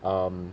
um